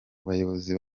bayobozi